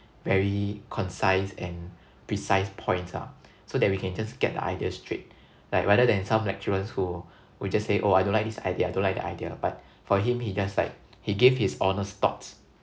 very concise and precise points ah so that we can just get the idea straight like rather than some lecturers who who just say oh I don't like this idea I don't like that idea but for him he just like he gave his honest thoughts